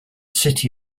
city